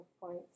points